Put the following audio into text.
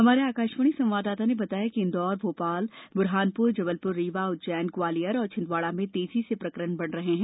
हमारे आकाशवाणी संवाददाता ने बताया कि मिली जानकारी को अनुसार इंदौर भोपाल बुहानपुर जबलपुर रीवा उज्जैन ग्वालियर और छिंदवाड़ा में तेजी से प्रकरण बढ़ रहे हैं